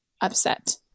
upset